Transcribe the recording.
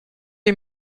you